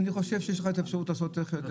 אני חושב שיש לך אפשרות לעשות את זה אחרת.